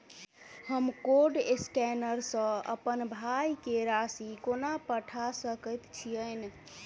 हम code scanner सँ अप्पन भाय केँ राशि कोना पठा सकैत छियैन?